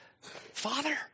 Father